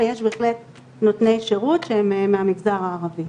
ויש בהחלט נותני שירות שהם מהמגזר הערבי.